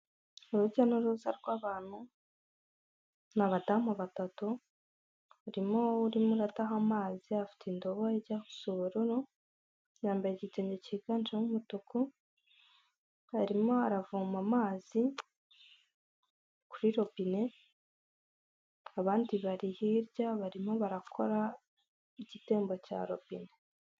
Urujya n'uruza rw'abantu, ni abadamu batatu, barimo urimo uradaha amazi afite indobo ajya si ubururu, yambaye igiteyo cyiganjemo umutuku, arimo aravoma amazi kuri robine, abandi bari hirya barimo barakora igitembo cya robine.